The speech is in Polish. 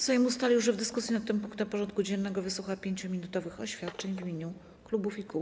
Sejm ustalił, że w dyskusji nad tym punktem porządku dziennego wysłucha 5-minutowych oświadczeń w imieniu klubów i kół.